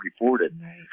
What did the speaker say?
reported